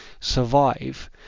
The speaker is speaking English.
survive